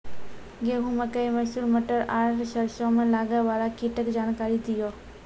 गेहूँ, मकई, मसूर, मटर आर सरसों मे लागै वाला कीटक जानकरी दियो?